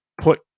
put